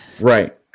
Right